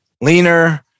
leaner